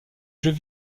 jeux